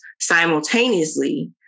simultaneously